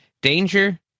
Danger